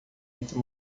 entre